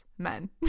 men